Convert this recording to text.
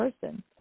person